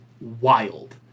wild